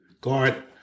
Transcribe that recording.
guard